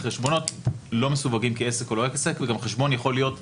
חשבונות לא מסווגים כעסק או לא עסק כי גם חשבון יכול להיות מעורב.